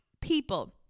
people